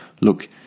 Look